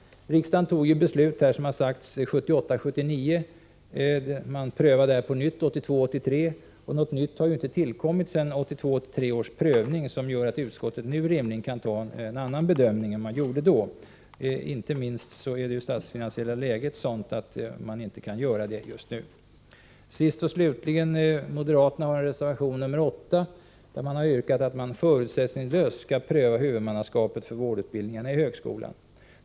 Riksdagen fattade ett beslut här, som har sagts, 1978 83, och någonting nytt har inte tillkommit sedan prövningen 1982/83 som gör att utskottet nu kan göra en annan bedömning än man gjorde då. Inte minst är det statsfinansiella läget sådant att man inte kan göra det just nu. Sist och slutligen: Moderaterna har i reservation 8 yrkat att man förutsättningslöst skall pröva huvudmannaskapet för vårdyrkesutbildningen inom högskolan.